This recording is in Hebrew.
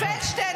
סודר.